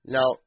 Now